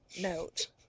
note